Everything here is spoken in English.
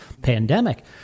pandemic